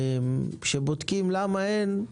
כשבודקים למה אין,